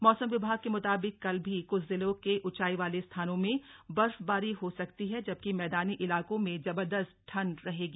मौसम विभाग के मुताबिक कल भी कुछ जिलों के ऊंचाई वाले स्थानों में बर्फबारी हो सकती है जबकि मैदानी इलाकों में जबरदस्त ठंड रहेगी